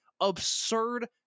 absurd